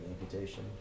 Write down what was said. amputation